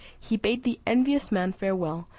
he bade the envious man farewell,